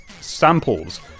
samples